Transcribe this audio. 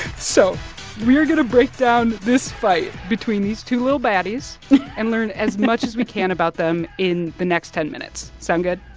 so we're going to break down this fight between these two little baddies and learn as much as we can about them in the next ten minutes. sound good?